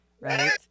right